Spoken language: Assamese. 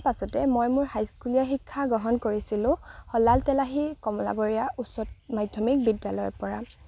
তাৰপাছতে মই মোৰ হাইস্কুলীয়া শিক্ষা গ্ৰহণ কৰিছিলো সলাল তেলাহী কমলাবৰীয়া উচ্চতৰ মাধ্যমিক বিদ্যালয়ৰ পৰা